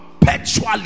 perpetually